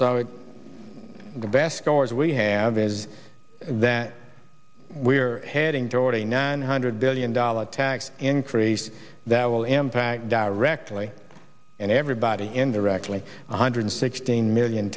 so the best course we have is that we're heading toward a nine hundred billion dollars tax increase that will impact directly and everybody indirectly one hundred sixteen million